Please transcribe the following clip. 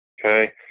Okay